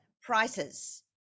prices